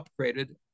upgraded